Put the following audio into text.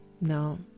No